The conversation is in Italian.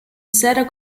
sera